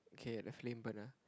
K the flame burner